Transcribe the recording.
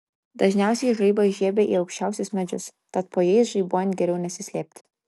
dažniausiai žaibas žiebia į aukščiausius medžius tad po jais žaibuojant geriau nesislėpti